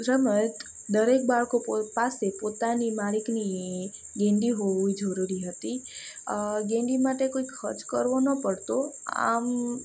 રમત દરેક બાળકો પાસે પોતાની માલિકીની ગેડી હોવી જરૂરી હતી અ ગેડી માટે કોઈ ખર્ચ કરવો ન પડતો આમ